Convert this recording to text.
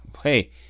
Hey